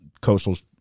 Coastal's